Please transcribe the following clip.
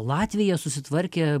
latvija susitvarkė